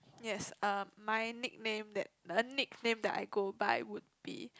yes uh my nickname that the nickname that I go by would be